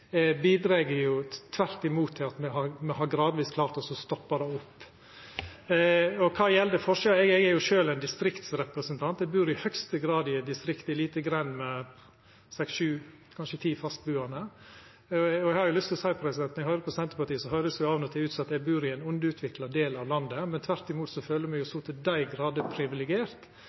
bidreg tvert imot til at me gradvis har klart å stoppa sentraliseringa. Eg er jo sjølv i høgaste grad ein distriktsrepresentant og bur i ei lita grend med seks–sju, kanskje ti, fastbuande. Eg har lyst til å seia at når eg høyrer på Senterpartiet, så høyrest det av og til ut som om eg bur i ein underutvikla del av landet. Eg føler meg tvert imot så til dei grader